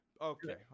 Okay